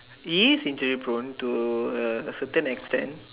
it is prone to a certain extend